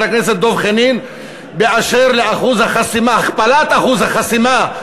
הכנסת דב חנין באשר להכפלת אחוז החסימה,